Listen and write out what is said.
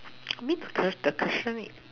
I need to test the question need